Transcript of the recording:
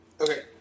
okay